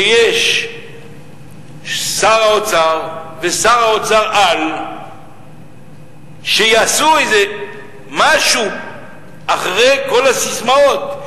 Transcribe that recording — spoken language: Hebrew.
ששר האוצר ושר האוצר-על יעשו משהו אחרי כל הססמאות,